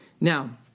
now